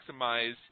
maximize